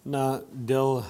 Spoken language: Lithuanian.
na dėl